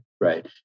right